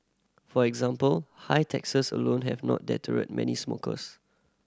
for example high taxes alone have not deterred many smokers